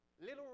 little